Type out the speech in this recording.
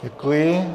Děkuji.